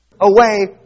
away